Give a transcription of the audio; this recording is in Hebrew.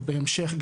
או בהמשך,